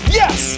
yes